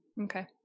Okay